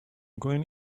going